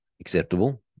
acceptable